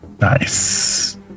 Nice